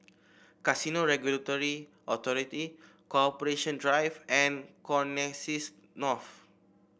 Casino Regulatory Authority Corporation Drive and Connexis North